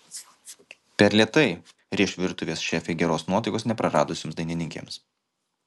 per lėtai rėš virtuvės šefė geros nuotaikos nepraradusioms dainininkėms